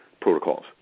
protocols